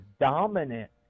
dominant